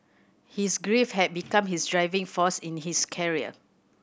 his grief had become his driving force in his carrier